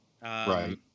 Right